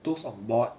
those on board